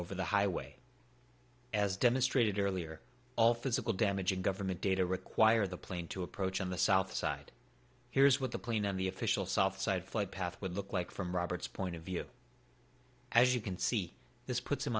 over the highway as demonstrated earlier all physical damage and government data require the plane to approach on the south side here's what the plane on the official south side flight path would look like from robert's point of view as you can see this puts